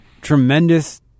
tremendous